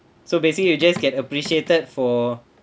so basically you just get appreciated for